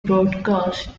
broadcast